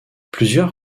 plusieurs